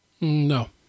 no